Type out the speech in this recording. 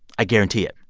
i guarantee it.